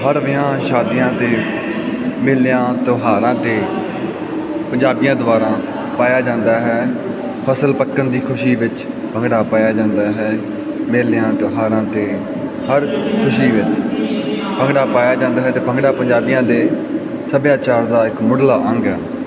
ਹਰ ਵਿਆਹਾਂ ਸ਼ਾਦੀਆਂ ਅਤੇ ਮੇਲਿਆਂ ਤਿਉਹਾਰਾਂ 'ਤੇ ਪੰਜਾਬੀਆਂ ਦੁਆਰਾ ਪਾਇਆ ਜਾਂਦਾ ਹੈ ਫ਼ਸਲ ਪੱਕਣ ਦੀ ਖੁਸ਼ੀ ਵਿੱਚ ਭੰਗੜਾ ਪਾਇਆ ਜਾਂਦਾ ਹੈ ਮੇਲਿਆਂ ਤਿਉਹਾਰਾਂ ਅਤੇ ਹਰ ਖੁਸ਼ੀ ਵਿੱਚ ਭੰਗੜਾ ਪਾਇਆ ਜਾਂਦਾ ਹੈ ਅਤੇ ਭੰਗੜਾ ਪੰਜਾਬੀਆਂ ਦੇ ਸੱਭਿਆਚਾਰ ਦਾ ਇੱਕ ਮੁੱਢਲਾ ਅੰਗ ਹੈ